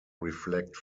reflect